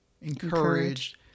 encouraged